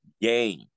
game